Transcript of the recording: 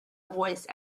voice